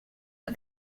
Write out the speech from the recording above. but